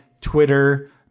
Twitter